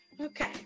Okay